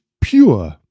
Pure